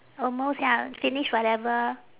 almost ya finish whatever